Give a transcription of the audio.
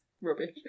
rubbish